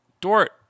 Dort